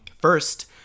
first